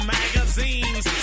magazines